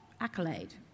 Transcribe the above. accolade